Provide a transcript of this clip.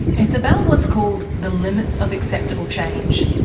it's about what's called the limits of acceptable change.